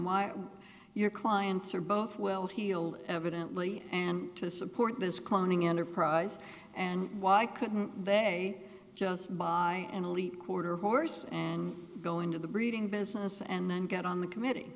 are your clients are both well heeled evidently and to support this cloning enterprise and why couldn't they just buy an elite quarter horse and go into the breeding business and then get on the committee